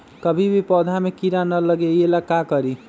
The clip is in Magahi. कभी भी पौधा में कीरा न लगे ये ला का करी?